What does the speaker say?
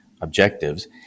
objectives